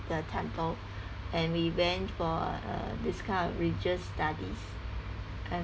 the temple and we went for uh this kind of religious studies uh